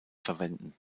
verwenden